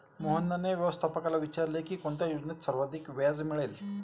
मोहनने व्यवस्थापकाला विचारले की कोणत्या योजनेत सर्वाधिक व्याज मिळेल?